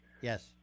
Yes